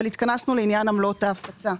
התכנסנו לעניין עמלות ההפצה.